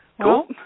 Cool